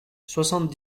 soixante